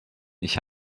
ich